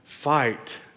fight